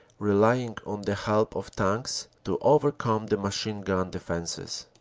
relying on the help of tanks to overcome the machine-gun defenses.